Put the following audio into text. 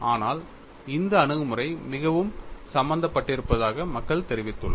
ஆனால் இந்த அணுகுமுறை மிகவும் சம்பந்தப்பட்டிருப்பதாக மக்கள் தெரிவித்துள்ளனர்